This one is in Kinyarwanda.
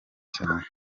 cyane